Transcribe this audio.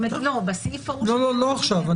לא עכשיו.